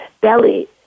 belly